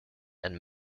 and